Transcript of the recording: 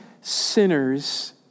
sinners